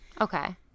okay